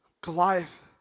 Goliath